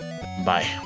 Bye